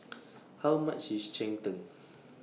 How much IS Cheng Tng